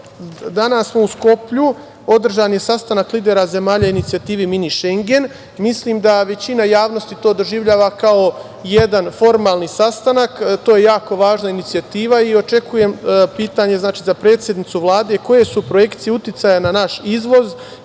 danas u Skoplju održan je sastanak lidera zemalja inicijative „mini Šengen“. Mislim da većina javnosti to doživljava kao jedan formalni sastanak, to je jako važna inicijativa i očekujem, pitanje za predsednicu Vlade – koje su projekcije uticaja na naš izvoz,